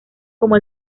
como